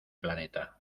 planeta